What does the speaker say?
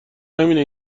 همینه